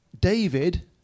David